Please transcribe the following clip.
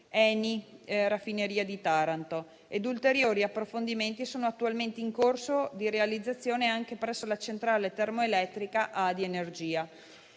ENI raffineria di Taranto ed ulteriori approfondimenti sono attualmente in corso di realizzazione anche presso la centrale termoelettrica ADI Energia.